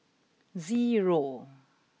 zero